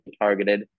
targeted